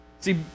See